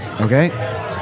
Okay